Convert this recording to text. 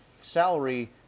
salary